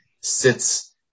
sits